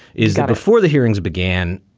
is that before the hearings began.